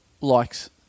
likes